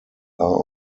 are